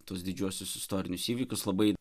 tuos didžiuosius istorinius įvykius labai